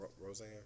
Roseanne